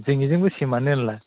जोंनिजोंबो सेमआनो होनला